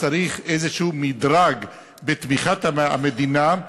צריך איזשהו מדרג בתמיכת המדינה.